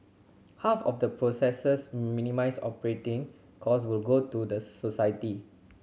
half of the processes operating costs will go to the society